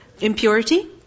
impurity